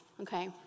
okay